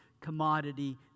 commodity